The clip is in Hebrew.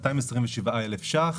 227,000 שקל.